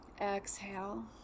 Exhale